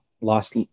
lost